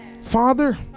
father